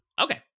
Okay